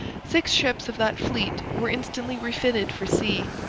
six ships of that fleet were instantly refitted for sea.